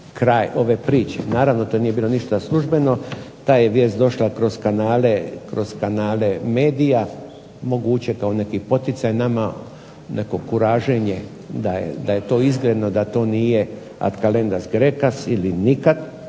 kraj ove priče. Naravno, to nije bilo ništa službeno. Ta je vijest došla kroz kanale medija, moguće kao neki poticaj nama, neko kuraženje da je to izgledno, da to nije ad calendas graecas ili nikad